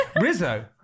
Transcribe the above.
Rizzo